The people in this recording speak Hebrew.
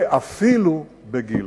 ואפילו בנושא גילה.